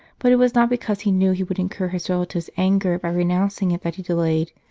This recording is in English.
but it was not because he knew he would incur his relatives anger by renouncing it that he delayed.